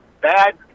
bad